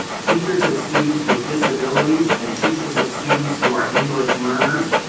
teachers of students with disabilities and teachers of students who are english learners,